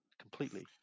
completely